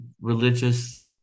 religious